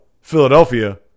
Philadelphia